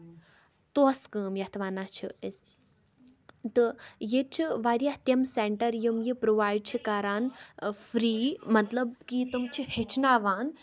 توسہٕ کٲم یَتھ وَنان چھِ أسۍ تہٕ ییٚتہِ چھِ واریاہ تِم سینٹر یِم یہِ پرووایڈ چھِ کران فری مطلب کہِ تِم چھِ ہٮ۪چھناوان